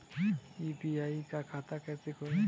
UPI का खाता कैसे खोलें?